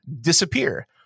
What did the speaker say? disappear